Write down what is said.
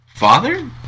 Father